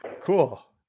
Cool